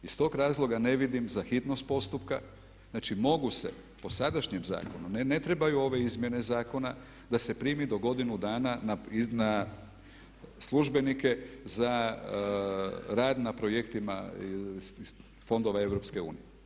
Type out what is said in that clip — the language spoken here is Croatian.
Iz tog razloga ne vidim za hitnost postupka, znači mogu se po sadašnjem zakonu, ne trebaju ove izmjene zakona da se primi do godinu dana na službenike za rad na projektima iz fondova EU.